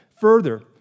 further